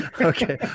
Okay